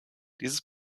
dieses